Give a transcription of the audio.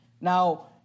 Now